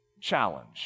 challenge